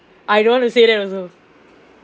I don't want to say that also